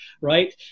right